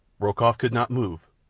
rokoff could not move.